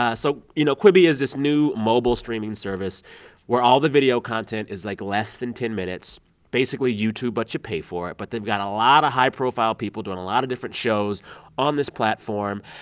ah so, you know, quibi is this new mobile streaming service where all the video content is, like, less than ten minutes basically youtube, but you pay for it. but they've got a lot of high-profile people doing a lot of different shows on this platform.